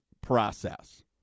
process